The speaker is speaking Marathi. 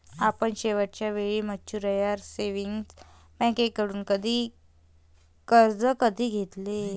आपण शेवटच्या वेळी म्युच्युअल सेव्हिंग्ज बँकेकडून कर्ज कधी घेतले?